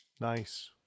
nice